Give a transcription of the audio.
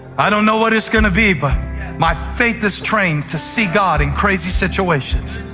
i don't know what it's going to be, but my faith is trained to see god in crazy situations.